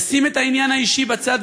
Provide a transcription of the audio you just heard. לשים את העניין האישי בצד,